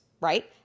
right